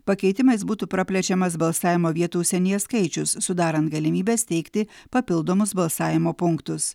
pakeitimais būtų praplečiamas balsavimo vietų užsienyje skaičius sudarant galimybę steigti papildomus balsavimo punktus